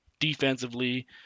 defensively